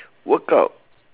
workout